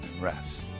Rest